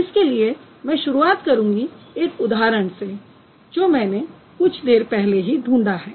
इसके लिए मैं शुरुआत करूंगी एक उदाहरण से जो मैंने कुछ देर पहले ही ढूंढा है